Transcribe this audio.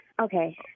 Okay